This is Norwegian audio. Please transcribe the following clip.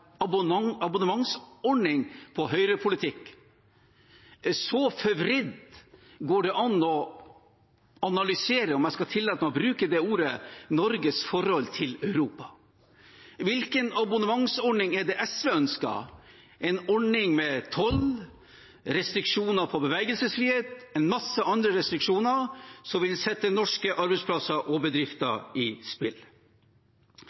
«en abonnementsordning for høyrepolitikk». Så forvridd går det an å analysere – om jeg skal tillate meg å bruke det ordet – Norges forhold til Europa. Hvilken abonnementsordning er det SV ønsker – en ordning med toll, restriksjoner på bevegelsesfrihet og en masse andre restriksjoner, som vil sette norske arbeidsplasser og